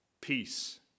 Peace